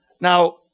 Now